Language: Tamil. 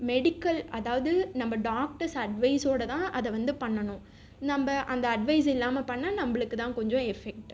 மெடிக்கல் அதாவது நம்ம டாக்டர்ஸ் அட்வைஸ்சோடய தான் அதை வந்து பண்ணணும் நம்ம அந்த அட்வைஸ் இல்லாமல் பண்ணால் நம்மளுக்கு தான் கொஞ்சம் எஃப்ஃபெக்ட்டு